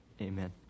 amen